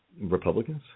Republicans